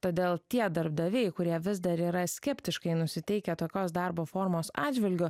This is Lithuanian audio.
todėl tie darbdaviai kurie vis dar yra skeptiškai nusiteikę tokios darbo formos atžvilgiu